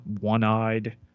one-eyed